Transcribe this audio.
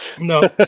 No